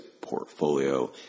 portfolio